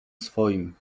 swoim